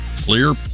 clear